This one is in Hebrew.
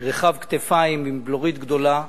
רחב כתפיים עם בלורית גדולה,